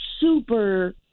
super